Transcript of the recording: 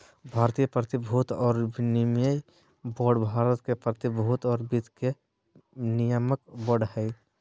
भारतीय प्रतिभूति और विनिमय बोर्ड भारत में प्रतिभूति और वित्त के नियामक बोर्ड हइ